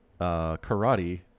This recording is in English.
Karate